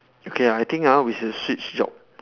okay ah I think ah we should switch job